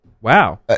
Wow